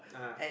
ah